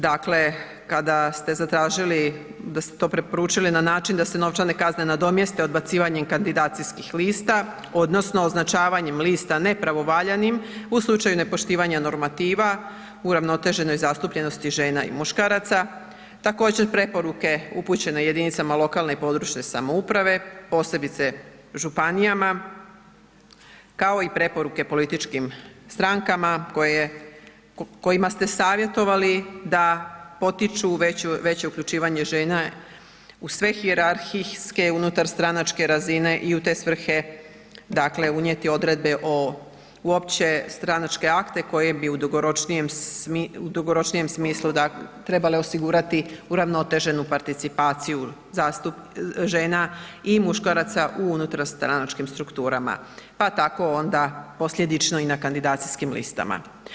Dakle, kada ste zatražili, preporučili na način da se novčane kazne nadomjeste odbacivanjem kandidacijskih lista odnosno označavanjem lista nepravovaljanim u slučaju nepoštivanja normativa uravnoteženoj zastupljenosti žena i muškaraca, također preporuke upućene jedinicama lokalne i područne samouprave posebice županijama kao i preporuke političkim strankama kojima ste savjetovali da potiču veće uključivanje žena u sve hijerarhijske unutarstranačke razine i u te svrhe dakle unijeti odredbe o opće stranačke akte koje bi u dugoročnijem smislu trebale osigurati uravnoteženu participaciju žena i muškaraca u unutarstranačkim strukturama, pa tako onda posljedično i na kandidacijskim listama.